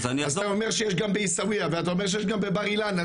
אז אתה אומר שיש גם בעיסאוויה ואתה אומר שיש גם בבר אילן,